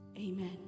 amen